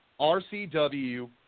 RCW